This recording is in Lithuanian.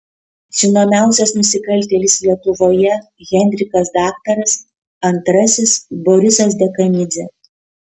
žinomiausias nusikaltėlis lietuvoje henrikas daktaras antrasis borisas dekanidzė